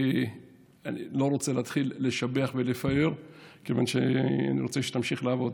אני לא רוצה להתחיל לשבח ולפאר כיוון שאני רוצה שתמשיך לעבוד.